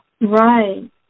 Right